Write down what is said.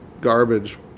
garbage